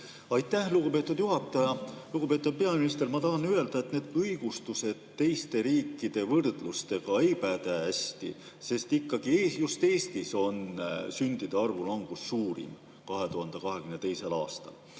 Aitäh, lugupeetud juhataja! Lugupeetud peaminister! Ma tahan öelda, et need õigustused, võrdlused teiste riikidega ei päde hästi, sest just Eestis oli sündide arvu langus suurim 2022. aastal.